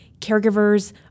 Caregivers